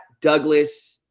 Douglas